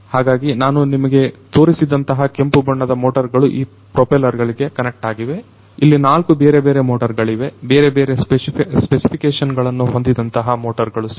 ಹಾಗಾಗಿ ನಾನು ನಿಮಗೆ ತೋರಿಸಿದಂತಹ ಕೆಂಪುಬಣ್ಣದ ಮೋಟರ್ ಗಳು ಈ ಪ್ರೋಪೆಲ್ಲರ್ ಗಳಿಗೆ ಕನೆಕ್ಟ್ ಆಗಿವೆ ಹಾಗಾಗಿ ಇಲ್ಲಿ ನಾಲ್ಕು ಬೇರೆ ಬೇರೆ ಮೋಟರ್ ಗಳಿವೆ ಬೇರೆಬೇರೆ ಸ್ಪೆಸಿಫಿಕೇಶನ್ ಗಳನ್ನು ಹೊಂದಿದಂತಹ ಮೋಟರ್ ಗಳು ಸಿಗುತ್ತವೆ